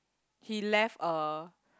he left a